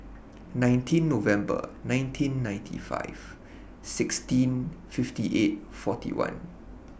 nineteen November nineteen ninety five sixteen fifty eight forty one